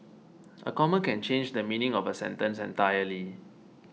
a comma can change the meaning of a sentence entirely